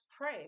pray